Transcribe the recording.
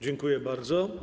Dziękuję bardzo.